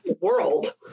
world